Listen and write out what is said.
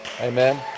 Amen